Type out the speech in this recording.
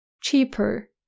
Cheaper